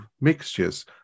mixtures